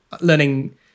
learning